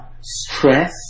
Stress